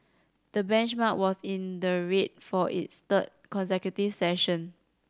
the benchmark was in the red for its third consecutive session